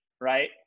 right